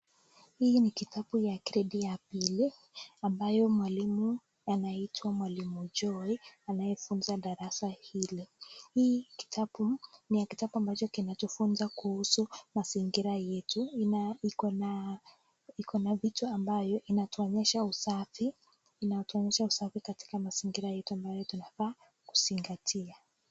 Hii ni kitabu ya gredi ya pili ambayo mwalimu anaitwa mwalimu Joy anayefunza darasa hili , hii kitabu ni ya kitabu ambacho kinachofunza kuhusu mazingira yetu na iko na vitu ambayo inatuonyesha usafi katika mazingira yetu ambayo tunafaa kuzingatia.